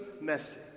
message